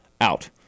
out